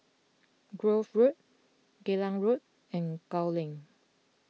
Grove Road Geylang Road and Gul Link